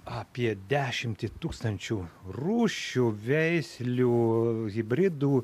apie dešimtį tūkstančių rūšių veislių hibridų